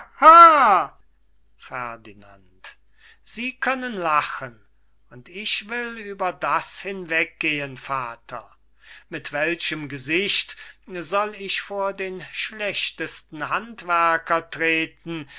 sie können lachen und ich will über das hinweggehen vater mit welchem gesicht soll ich unter den schlechtesten handwerker treten